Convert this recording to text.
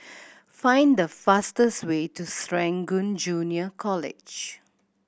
find the fastest way to Serangoon Junior College